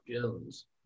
Jones